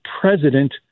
president